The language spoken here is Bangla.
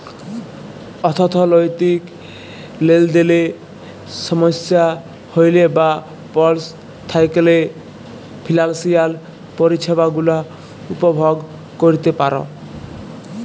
অথ্থলৈতিক লেলদেলে সমস্যা হ্যইলে বা পস্ল থ্যাইকলে ফিলালসিয়াল পরিছেবা গুলা উপভগ ক্যইরতে পার